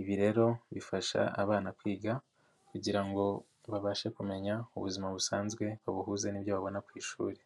ibi rero bifasha abana kwiga kugira ngo babashe kumenya ubuzima busanzwe, babuhuze n'ibyo babona ku ishuri.